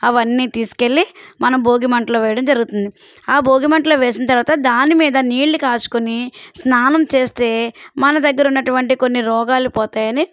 అవన్నీ తీసుకువెళ్ళి మనం భోగి మంటలో వేయడం జరుగుతుంది ఆ భోగి మంటలు వేసిన తరువాత దాని మీద నీళ్ళు కాచుకొని స్నానం చేస్తే మన దగ్గర ఉన్నటువంటి కొన్ని రోగాలు పోతాయని